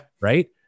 Right